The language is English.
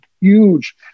huge